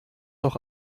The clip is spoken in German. doch